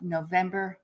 November